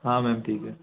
हाँ मैम ठीक है